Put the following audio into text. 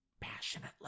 passionately